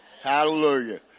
hallelujah